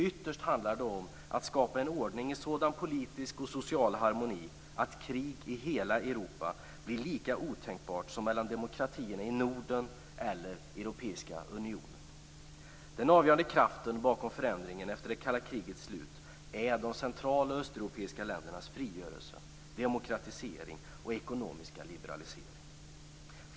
Ytterst handlar det om att skapa en ordning i sådan politisk och social harmoni att krig i hela Europa blir lika otänkbart som mellan demokratierna i Norden eller i Europeiska unionen. Den avgörande kraften bakom förändringen efter det kalla krigets slut är de central och östeuropeiska ländernas frigörelse, demokratisering och ekonomiska liberalisering.